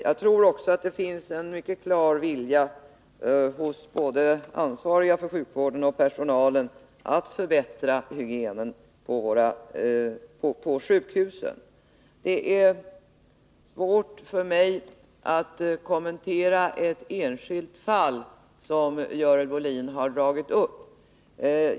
Jag tror också att det finns en mycket klar vilja hos både de ansvariga för sjukvården och personalen att förbättra hygienen på sjukhusen. Det är svårt för mig att kommentera ett enskilt fall som Görel Bohlin tagit upp.